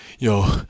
Yo